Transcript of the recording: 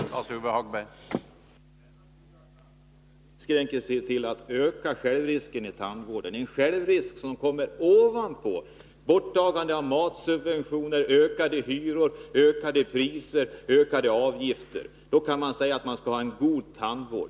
Herr Talman! Åtgärderna för att åstadkomma denna goda tandvård inskränker sig till en ökning av självrisken i tandvården, en självrisk som tillkommer ovanpå borttagande av matsubventioner, ökade hyror, ökade priser och ökade avgifter. För vilka blir det då en god tandvård?